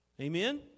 Amen